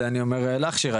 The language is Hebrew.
זה אני אומר לך שירה,